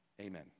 amen